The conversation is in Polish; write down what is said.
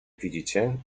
widzicie